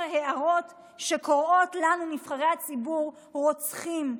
הערות שקוראות לנו נבחרי הציבור "רוצחים",